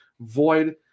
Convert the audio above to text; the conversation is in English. Void